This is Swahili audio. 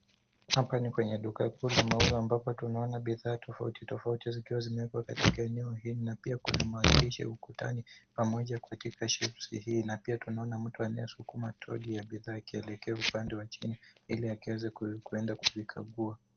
Hapa ni kwenye duka kuu la mauzo ambapo tunaona bidhaa tofauti tofauti, zikiwa zimewekwa katika eneo hili na pia kuna maandishi ya ukutani pamoja katika shelves hii, na pia tunaona mtu anasukuma toroli ya bidhaa akielekea upande wa chini, ili akaweze kuenda kuvikagua.